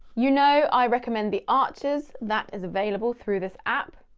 you know i recommend the archers, that is available through this app,